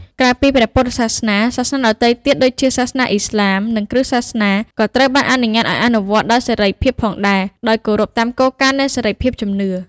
ក្រៅពីព្រះពុទ្ធសាសនា សាសនាដទៃទៀតដូចជា សាសនាឥស្លាម និងគ្រិស្តសាសនា ក៏ត្រូវបានអនុញ្ញាតឱ្យអនុវត្តដោយសេរីភាពផងដែរ ដោយគោរពតាមគោលការណ៍នៃសេរីភាពជំនឿ។